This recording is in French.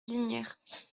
lignières